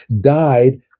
died